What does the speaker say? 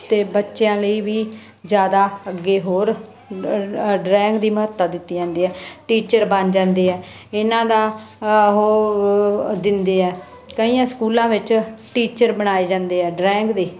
ਅਤੇ ਬੱਚਿਆਂ ਲਈ ਵੀ ਜ਼ਿਆਦਾ ਅੱਗੇ ਹੋਰ ਡਰਾਇੰਗ ਦੀ ਮਹੱਤਤਾ ਦਿੱਤੀ ਜਾਂਦੀ ਹੈ ਟੀਚਰ ਬਣ ਜਾਂਦੇ ਆ ਇਹਨਾਂ ਦਾ ਉਹ ਦਿੰਦੇ ਆ ਕਈਆਂ ਸਕੂਲਾਂ ਵਿੱਚ ਟੀਚਰ ਬਣਾਏ ਜਾਂਦੇ ਆ ਡਰਾਇੰਗ ਦੇ